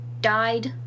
died